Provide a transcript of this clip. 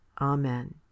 Amen